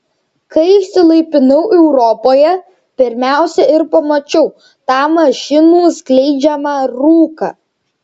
kai išsilaipinau europoje pirmiausia ir pamačiau tą mašinų skleidžiamą rūką